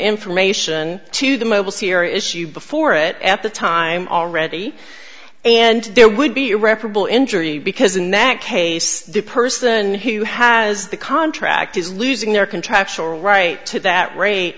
information to the mobile cear issue before it at the time already and there would be irreparable injury because in that case the person who has the contract is losing their contractual right to that rate